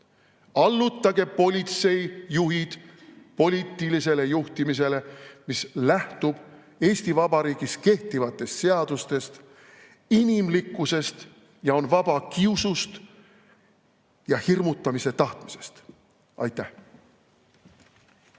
Allutage politseijuhid poliitilisele juhtimisele, mis lähtub Eesti Vabariigis kehtivatest seadustest ja inimlikkusest ning on vaba kiusust ja hirmutamise tahtmisest. Aitäh!